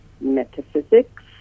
metaphysics